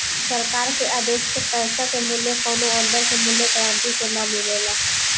सरकार के आदेश के पैसा के मूल्य कौनो अंदर के मूल्य गारंटी से ना मिलेला